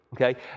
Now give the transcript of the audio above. okay